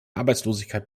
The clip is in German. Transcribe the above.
arbeitslosigkeit